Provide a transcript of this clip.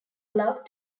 allowed